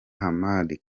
hamadi